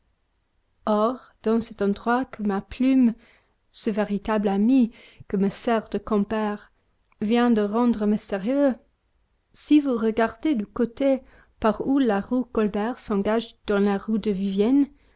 dans cet endroit que ma plume ce véritable ami qui me sert de compère vient de rendre mystérieux si vous regardez du côté par où la rue colbert s'engage dans la rue de